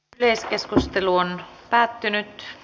yleiskeskustelu päättyi